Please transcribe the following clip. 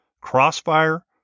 Crossfire